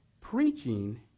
Preaching